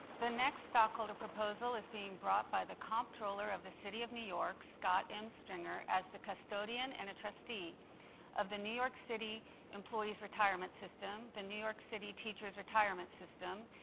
the next stockholder proposal is being brought by the comptroller of the city of new york, scott m. stringer, as the custodian and trustee of the new york city employees' retirement system, the new york city teachers retirement system,